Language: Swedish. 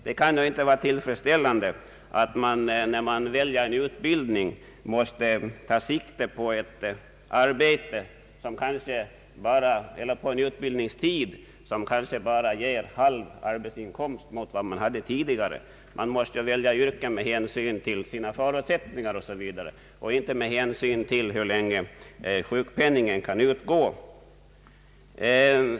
Det kan inte vara tillfredsställande att en handikappad eller tidigare sjuk person med hänsyn till utbildningstiden måste ta sikte på ett yrke som bara ger hälften av den arbetsinkomst som vederbörande tidigare haft. De som genomgår rehabilitering måste få välja yrke med hänsyn bl.a. till sina förutsättningar och inte med hänsyn till den tid under vilken sjukpenning kan utgå.